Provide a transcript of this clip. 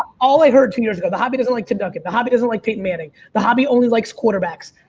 all i heard two years ago the hobby doesn't like to dunk it, the hobby doesn't like peyton manning, the hobby only likes quarterbacks.